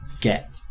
get